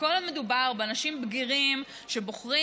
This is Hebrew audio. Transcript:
וכל עוד מדובר באנשים בגירים שבוחרים